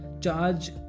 charge